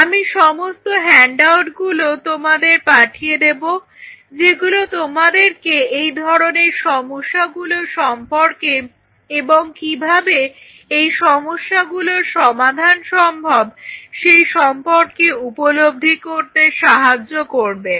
আমি সমস্ত হ্যান্ডআউটগুলো তোমাদের পাঠিয়ে দেব যেগুলো তোমাদেরকে এই ধরনের সমস্যাগুলো সম্পর্কে এবং কিভাবে এই সমস্যাগুলোর সমাধান সম্ভব সেই সম্পর্কে উপলব্ধি করতে সাহায্য করবে